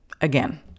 again